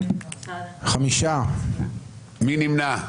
מי נמנע?